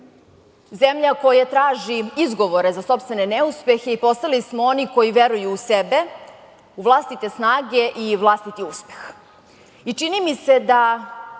zemlja koja traži izgovore za sopstvene neuspehe i postali smo oni koji veruju u sebe, u vlastite snage i vlastiti uspeh i čini mi se da